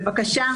בבקשה,